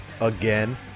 Again